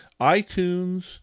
iTunes